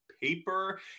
paper